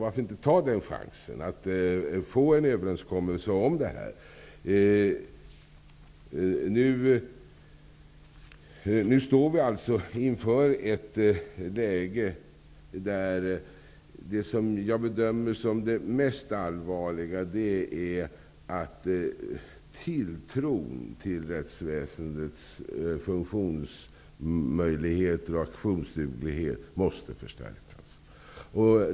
Varför inte ta chansen till en överenskommelse om det här? Tilltron till rättsväsendets funktionsmöjligheter och aktionsduglighet måste förstärkas.